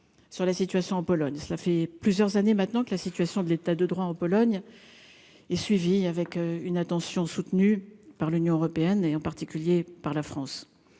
sur la situation en Pologne, cela fait plusieurs années maintenant que la situation de l'état de droit, en Pologne, est suivie avec une attention soutenue par l'Union européenne et en particulier par la France